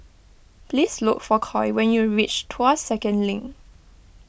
please look for Coy when you reach Tuas Second Link